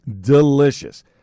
Delicious